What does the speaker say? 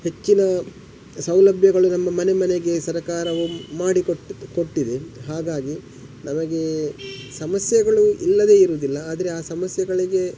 ಹೆಚ್ಚಿನ ಸೌಲಭ್ಯಗಳು ನಮ್ಮ ಮನೆ ಮನೆಗೆ ಸರಕಾರವು ಮಾಡಿಕೊಟ್ಟಿತು ಕೊಟ್ಟಿದೆ ಹಾಗಾಗಿ ನಮಗೆ ಸಮಸ್ಯೆಗಳು ಇಲ್ಲದೆ ಇರುವುದಿಲ್ಲ ಆದರೆ ಆ ಸಮಸ್ಯೆಗಳಿಗೆ